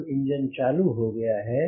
अब इंजन चालू हो गया है